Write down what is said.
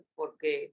porque